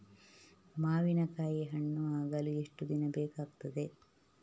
ಮಾವಿನಕಾಯಿ ಹಣ್ಣು ಆಗಲು ಎಷ್ಟು ದಿನ ಬೇಕಗ್ತಾದೆ?